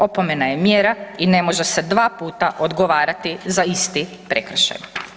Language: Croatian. Opomena je mjera i ne može se dva puta odgovarati za isti prekršaj.